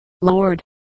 Lord